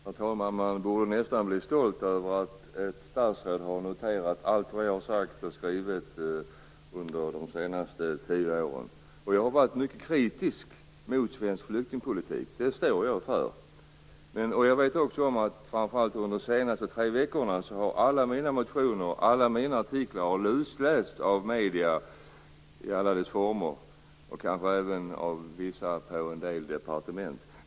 Herr talman! Man borde nästan bli stolt över att ett statsråd har noterat allt som jag har sagt och skrivit under de senaste åren. Jag har varit mycket kritisk mot svensk flyktingpolitik. Det står jag för. Jag vet också att alla mina motioner och artiklar framför allt under de senaste tre veckorna har luslästs av medier i alla dess former och kanske även av en del personer på vissa departement.